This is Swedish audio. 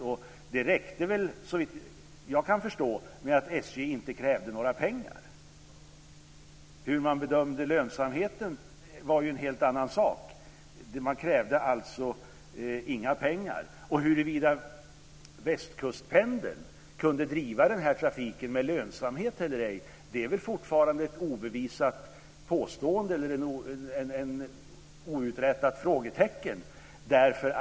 Såvitt jag förstår räckte det med att SJ inte krävde några pengar. Hur man bedömde lönsamheten var en helt annan sak. Man krävde alltså inga pengar. Huruvida Västkustpendeln kunde driva den här trafiken med lönsamhet eller ej är väl fortfarande ett icke uträtat frågetecken.